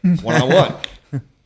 one-on-one